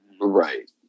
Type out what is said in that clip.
Right